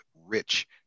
rich